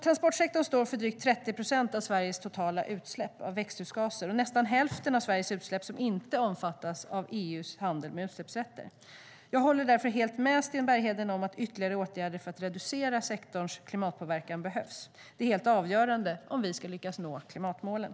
Transportsektorn står för drygt 30 procent av Sveriges totala utsläpp av växthusgaser och nästan hälften av Sveriges utsläpp som inte omfattas av EU:s system för handel med utsläppsrätter. Jag håller därför helt med Sten Bergheden om att ytterligare åtgärder för att reducera sektorns klimatpåverkan behövs. Det är helt avgörande om vi ska lyckas nå klimatmålen.